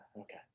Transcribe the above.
okay